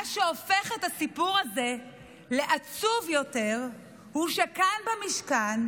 מה שהופך את הסיפור הזה לעצוב יותר הוא שכאן במשכן,